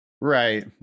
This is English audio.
Right